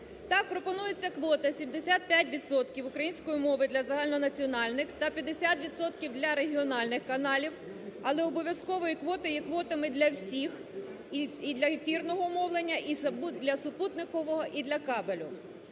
Так пропонується квота 75 відсотків української мови для загальнонаціональних та 50 відсотків для регіональних каналів, але обов'язковою є квота є квотами для всіх і для ефірного мовлення, і для супутникового, і для кабелю.